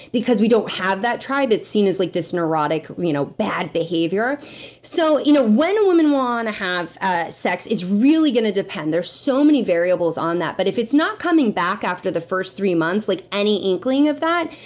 because we don't have that tribe, it's seen as like this neurotic, you know bad behavior so, you know when women want to have ah sex is really gonna depend. there's so many variables on that. but if it's not coming back after the first three months, like any inkling of that,